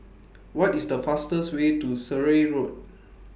What IS The fastest Way to Surrey Road